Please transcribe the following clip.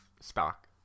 stock